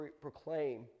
proclaim